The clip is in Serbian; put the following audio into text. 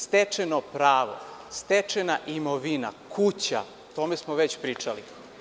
Stečeno pravo, stečena imovina, kuća, o tome smo već pričali.